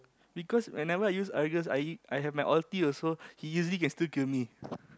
because whenever I use Argus I I have my ulti also he easily can still kill me